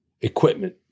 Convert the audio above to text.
equipment